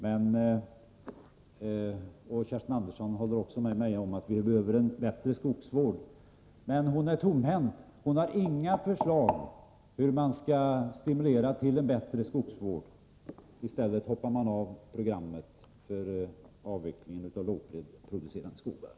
Kerstin Andersson håller också med mig om att vi behöver bättre skogsvård. Men hon är tomhänt. Hon har inga förslag om hur man skall stimulera till en bättre skogsvård. I stället hoppar man av programmet för avvecklingen av lågproducerande skogar.